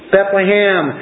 Bethlehem